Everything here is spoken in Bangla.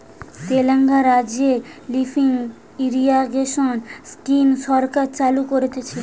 তেলেঙ্গানা রাজ্যতে লিফ্ট ইরিগেশন স্কিম সরকার চালু করতিছে